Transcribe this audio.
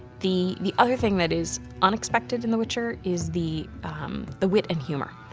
the the other thing that is unexpected in the witcher, is the the wit and humor.